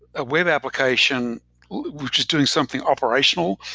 a web application which is doing something operational,